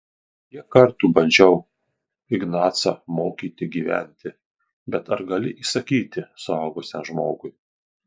kiek kartų bandžiau ignacą mokyti gyventi bet ar gali įsakyti suaugusiam žmogui